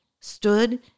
stood